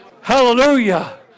hallelujah